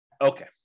Okay